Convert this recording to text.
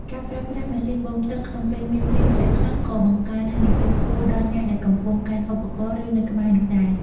ការប្រើប្រាស់ម៉ាស៊ីនបូមទឹកក្នុងពេលមានភ្លៀងធ្លាក់ខ្លាំងក៏បង្កើនហានិភ័យខ្ពស់ដល់អ្នកដែលកំពុងកាន់ឧបករណ៍ ឬនៅក្បែរនោះដែរ។